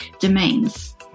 domains